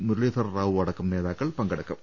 മുരളീധ്ര റാവു അടക്കം നേതാക്കൾ പങ്കെടുക്കും